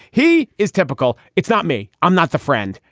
he is typical. it's not me. i'm not the friend.